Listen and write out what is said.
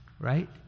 right